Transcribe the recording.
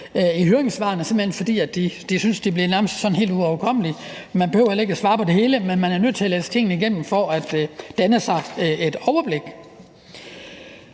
hen fordi de synes, at det nærmest bliver helt uoverkommeligt. Man behøver jo heller ikke at svare på det hele, men man er nødt til at læse tingene igennem for at danne sig et overblik.